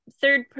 third